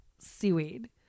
seaweed